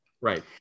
right